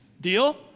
Deal